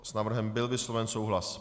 S návrhem byl vysloven souhlas.